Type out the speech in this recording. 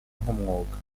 nk’umwuga